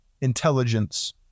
intelligence